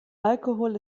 alkohol